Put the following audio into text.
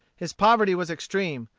his poverty was extreme.